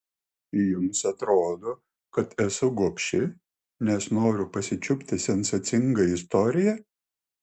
jums atrodo kad esu gobši nes noriu pasičiupti sensacingą istoriją